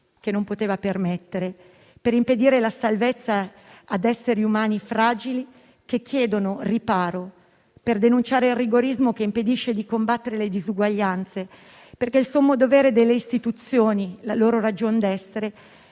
che non poteva permettere, per impedire la salvezza ad esseri umani fragili che chiedono riparo, per denunciare il rigorismo che impedisce di combattere le disuguaglianze, perché il sommo dovere delle Istituzioni, la loro ragion d'essere,